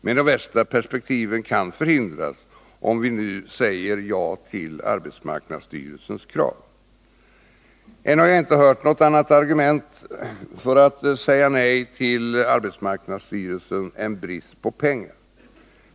Men de värsta perspektiven kan förhindras, om vi nu säger ja till arbetsmarknadsstyrelsens krav. Än har jag inte hört något annat argument för att säga nej till AMS än brist på pengar.